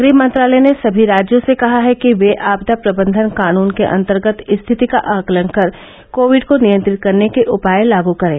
गृह मंत्रालय ने सभी राज्यों से कहा है कि ये आपदा प्रबंधन कानून के अंतर्गत स्थिति का आकलन कर कोविड को नियंत्रित करने के उपाय लागु करें